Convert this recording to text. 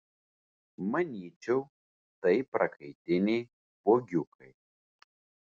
manyčiau tai prakaitiniai spuogiukai